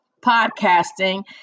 podcasting